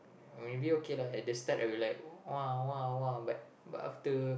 maybe okay lah at the start I will like !wah! !wah! !wah! but after